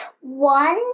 one